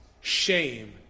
shame